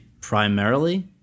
primarily